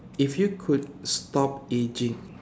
if you could stop aging